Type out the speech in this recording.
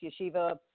Yeshiva